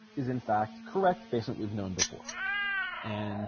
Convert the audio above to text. is in fact correct basement we've known before and